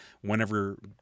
whenever